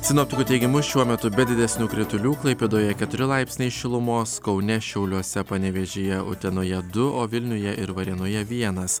sinoptikų teigimu šiuo metu be didesnių kritulių klaipėdoje keturi laipsniai šilumos kaune šiauliuose panevėžyje utenoje du o vilniuje ir varėnoje vienas